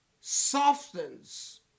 softens